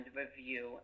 review